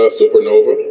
supernova